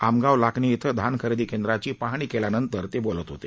आमगाव लाखनी इथं धान खरेदी केंद्राची पाहणी केल्यानंतर ते बोलत होते